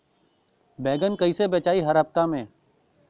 बैगन कईसे बेचाई हर हफ्ता में?